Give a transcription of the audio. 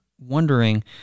wondering